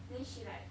then she like